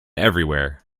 everywhere